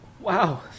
Wow